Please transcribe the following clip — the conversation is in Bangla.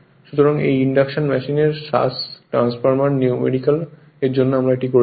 সুতরাং এই ইন্ডাকশন মেশিন এর সাস ট্রান্সফরমার নিউমেরিকাল এর জন্য আমরা এটি করেছি